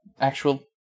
actual